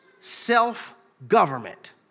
self-government